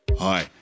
Hi